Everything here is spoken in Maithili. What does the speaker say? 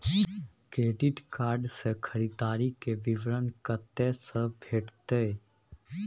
क्रेडिट कार्ड से खरीददारी के विवरण कत्ते से भेटतै?